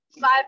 five